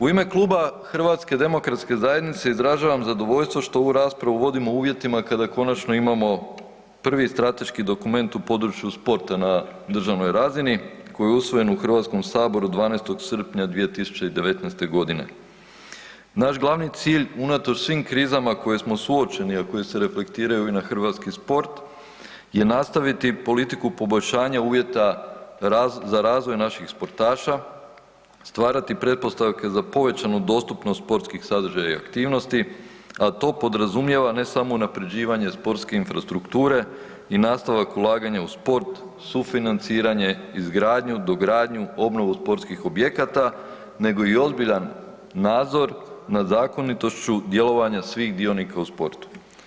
U ime kluba HDZ-a izražavam zadovoljstvo što ovu raspravu vodimo u uvjetima kada konačno imamo prvi strateški dokument u području sporta na državnoj razini koji je usvojen u HS-u 12. srpnja 2019.g. Naš glavni cilj unatoč svim krizama s kojima smo suočeni, a koje se reflektiraju i na hrvatski sport je nastaviti politiku poboljšanja uvjeta za razvoj naših sportaša, stvarati pretpostavke za povećanu dostupnost sportskih sadržaja i aktivnosti, a to podrazumijeva ne samo unapređivanje sportske infrastrukture i nastavak ulaganja u sport, sufinanciranje, izgradnju, dogradnju, obnovu sportskih objekata nego i ozbiljan nadzor nad zakonitošću djelovanja svih dionika u sportu.